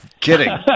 kidding